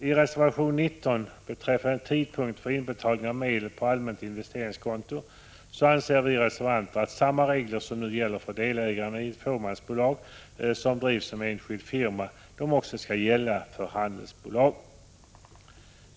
I reservation 19 beträffande tidpunkt för inbetalning av medel på allmänt investeringskonto yrkar vi reservanter att samma regler som nu gäller för delägarna i ett fåmansbolag som drivs som enskild firma också skall gälla för handelsbolag.